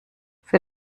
für